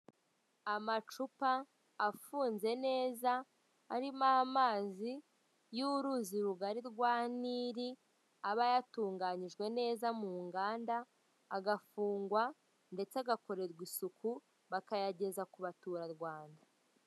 Amacupa afunze neza arimo amazi y' uruzi rugari rwa nili aba yatunganyijwe neza mu nganda agafungwa ndetse agakorerwa isuku bakayageza ku baturarwanda.